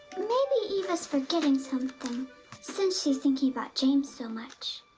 maybe eva's forgetting something since she's thinking about james so much.